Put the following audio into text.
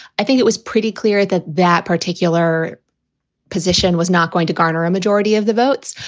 i think it was pretty clear that that particular position was not going to garner a majority of the votes.